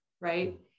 right